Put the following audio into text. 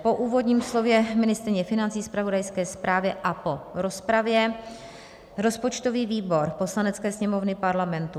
Po úvodním slově ministryně financí, zpravodajské zprávě a po rozpravě rozpočtový výbor Poslanecké sněmovny Parlamentu